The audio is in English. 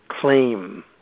claim